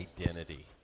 identity